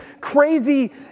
crazy